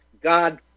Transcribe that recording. God